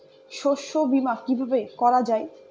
শস্য বীমা কিভাবে করা যায়?